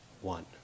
One